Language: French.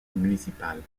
municipales